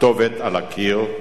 הכתובת על הקיר.